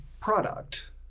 product